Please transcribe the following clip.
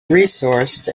resourced